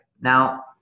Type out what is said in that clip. Now